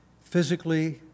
physically